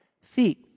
Feet